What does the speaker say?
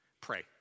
pray